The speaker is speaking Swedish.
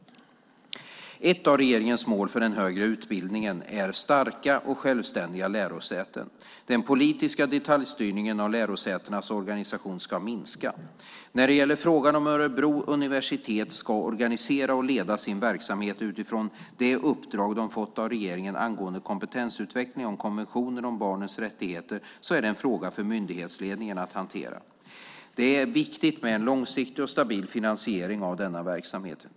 Ett av regeringens mål för den högre utbildningen är starka och självständiga lärosäten. Den politiska detaljstyrningen av lärosätenas organisation ska minska. När det gäller frågan om hur Örebro universitet ska organisera och leda sin verksamhet utifrån det uppdrag de fått av regeringen angående kompetensutveckling om konventionen om barnets rättigheter är det en fråga för myndighetsledningen att hantera. Det är viktigt med en långsiktig och stabil finansiering av denna verksamhet.